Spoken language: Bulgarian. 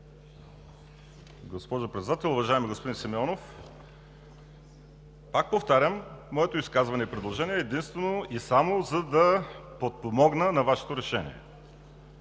Госпожо Председател! Уважаеми господин Симеонов, пак повтарям, моето изказване и предложение е единствено и само за да подпомогна Вашето решение,